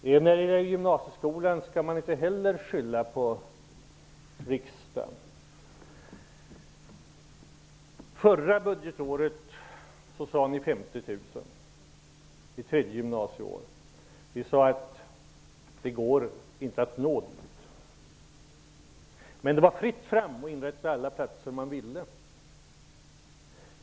När det gäller gymnasieskolan skall man inte heller skylla på riksdagen. Förra budgetåret sade ni 50 000 för det tredje gymnasieåret. Vi sade att det inte går att nå dit. Men det var fritt fram att inrätta så många platser man ville.